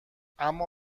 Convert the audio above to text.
اما